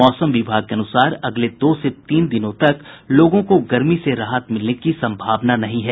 मौसम विभाग के अनूसार अगले दो से तीन दिनों तक लोगों को गर्मी से राहत मिलने की संभावना नहीं है